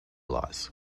laws